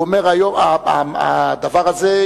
אומר: הדבר הזה,